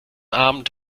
abend